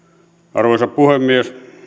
arvoisa puhemies